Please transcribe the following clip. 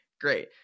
great